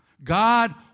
god